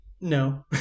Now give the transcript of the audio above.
No